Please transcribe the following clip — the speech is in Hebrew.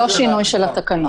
לא שינוי של התקנות.